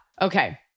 Okay